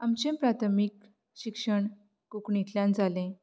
आमचें प्राथमीक शिक्षण कोंकणींतल्यान जालें